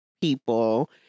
people